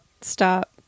stop